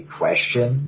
question